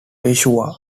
peshawar